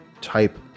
type